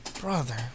Brother